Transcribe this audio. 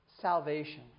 salvation